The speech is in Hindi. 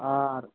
और